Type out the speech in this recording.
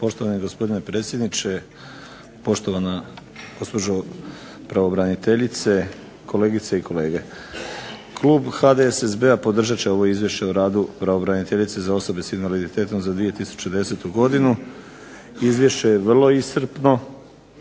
Poštovani gospodine predsjedniče, poštovana gospođo pravobraniteljice, kolegice i kolege zastupnici. Klub HDSSB-a podržat će ovo Izvješće o radu pravobraniteljice za osobe sa invaliditetom za 2010. godinu. Izvješće je vrlo iscrpno,